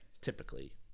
typically